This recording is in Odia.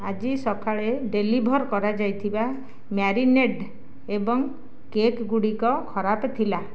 ଆଜି ସକାଳେ ଡେଲିଭର୍ କରାଯାଇଥିବା ମ୍ୟାରିନେଡ଼୍ ଏବଂ କେକ୍ ଗୁଡ଼ିକ ଖରାପ ଥିଲା